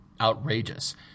outrageous